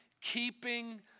keeping